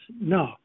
No